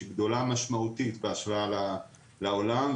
שהיא גדולה משמעותית בהשוואה לעולם.